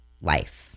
life